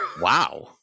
Wow